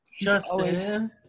justin